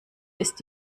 ist